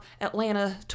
Atlanta